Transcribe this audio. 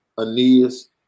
Aeneas